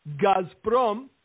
Gazprom